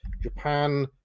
Japan